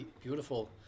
beautiful